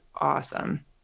awesome